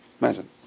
Imagine